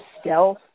stealth